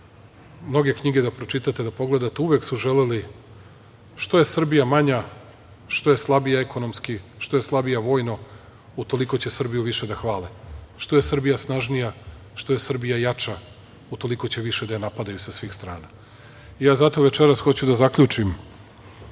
mnoge knjige da pročitate, da pogledate. Uvek su želeli, što je Srbija manja, što je slabija ekonomski, što je slabija vojno, utoliko će Srbiju više da hvale. Što je Srbija snažnija, što je Srbija jača, utoliko će više da je napadaju sa svih strana. Zato večeras hoću da zaključim,